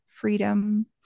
freedom